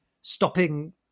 stopping